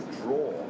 draw